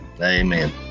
Amen